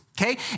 okay